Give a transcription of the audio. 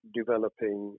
developing